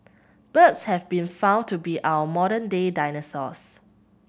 birds have been found to be our modern day dinosaurs